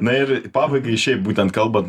na ir pabaigai šiaip būtent kalbant